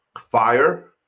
fire